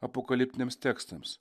apokaliptiniams tekstams